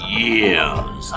years